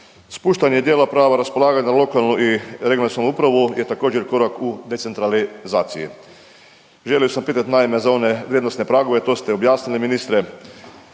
Spuštanje dijela prava raspolaganja na lokalnu i regionalnu samoupravu je također korak u decentralizaciji. Želio sam pitat naime za one vrijednosne pragove, to ste objasnili ministre